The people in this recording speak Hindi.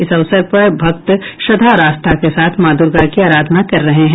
इस अवसर पर भक्त श्रद्धा और आस्था के साथ मां दूर्गा की आराधना कर रहे हैं